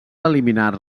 eliminar